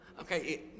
Okay